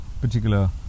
particular